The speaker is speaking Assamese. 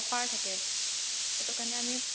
অফাৰ থাকে সেইটো কাৰণে আমি